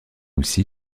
aussi